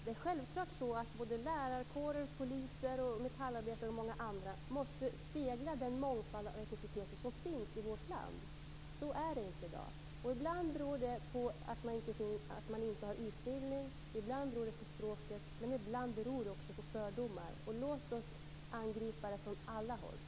Det är självklart att lärarkåren, poliskåren, metallarbetarna och många andra måste spegla den mångfald av etniciteter som finns i vårt land. Så är det inte i dag. Ibland beror det på att man inte har utbildning. Ibland beror det på språket. Men ibland beror det också på fördomar. Låt oss angripa det från alla håll.